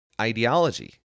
ideology